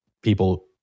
people